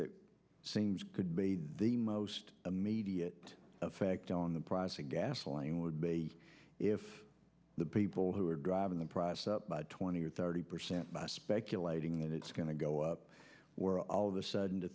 that seems could be the most immediate effect on the pricing gasoline would be if the people who are driving the price up by twenty or thirty percent by speculating that it's going to go up we're all of a sudden to